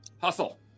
Hustle